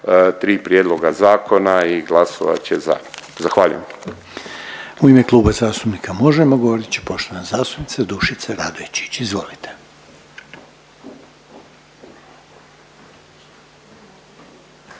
tri prijedloga zakona i glasovat će za. Zahvaljujem. **Reiner, Željko (HDZ)** U ime Kluba zastupnika Možemo! govorit će poštovana zastupnica Dušica Radojčić. Izvolite.